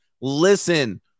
Listen